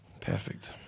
Perfect